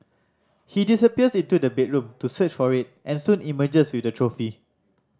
he disappears into the bedroom to search for it and soon emerges with the trophy